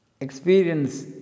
Experience